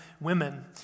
women